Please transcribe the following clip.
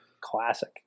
Classic